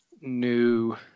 new